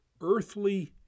earthly